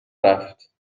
رفت